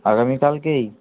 আগামীকালকেই